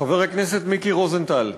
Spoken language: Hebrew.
חבר הכנסת מיקי רוזנטל,